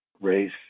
race